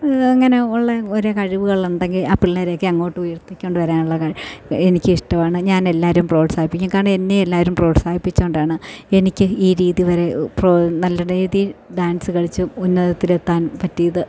അങ്ങനെ ഉള്ള ഓരോ കഴിവുകൾ ഉണ്ടെങ്കിൽ ആ പിള്ളേർ ഒക്കെ അങ്ങോട്ട് ഉയർത്തിക്കൊണ്ട് വരാനുള്ള ക എനിക്ക് ഇഷ്ടമാണ് ഞാൻ എല്ലാവരെയും പ്രോത്സാഹിപ്പിക്കും കാരണം എന്നെയും എല്ലാവരും പ്രോത്സാഹിപ്പിച്ചതുകൊണ്ടാണ് എനിക്ക് ഈ രീതി വരെ പ്രോ നല്ല രീതിയിൽ ഡാൻസ് കളിച്ച് ഉന്നതത്തിൽ എത്താൻ പറ്റിയത്